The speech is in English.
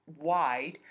wide